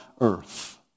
earth